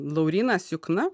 laurynas jukna